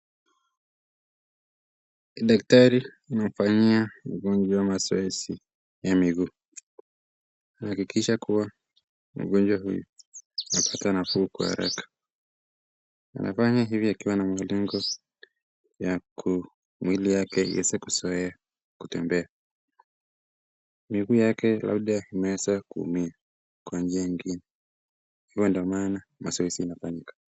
Daktari anafanyia mgonjwa mazoezi ya miguu. Anahakikisha kuwa mgonjwa huyu anapata nafuu kwa haraka. Anafanya hivi akiwa na mlingo ya kuu mwili yake iweze kuzoea kelutembea. Miguu yake labda yameweza kuumia kwa njia ingine hivo ndo maana mazoezi inafanyika.